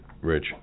Rich